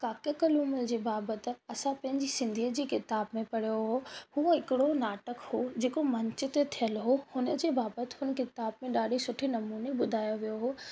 काके कल्लूमल जे बाबति असां पंहिंजी सिंधीअ जी किताब में पढ़ियो हो हुओ हिकिड़ो नाटकु हो जेको मंच ते थियल हो हुन जे बाबति हुन किताब में ॾाढे सुठे नमूने ॿुधायो वियो हो